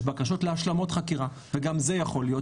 בקשות להשלמות חקירה וגם זה יכול להיות,